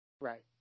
Right